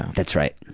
that's right.